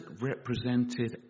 represented